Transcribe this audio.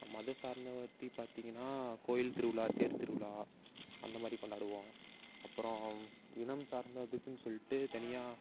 மதம் சார்ந்த பற்றி பார்த்திங்கனா கோவில் திருவிழா தேர் திருவிழா அந்தமாதிரி கொண்டாடுவோம் அப்பறம் இனம் சார்ந்ததுக்குனு சொல்லிட்டு தனியாக